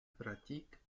pratique